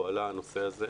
פועלה הנושא הזה.